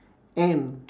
and